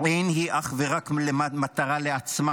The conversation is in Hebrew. אין היא אך ורק מטרה לעצמה